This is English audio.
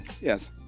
yes